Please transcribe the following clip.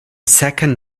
second